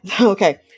okay